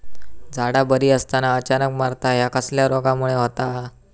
झाडा बरी असताना अचानक मरता हया कसल्या रोगामुळे होता?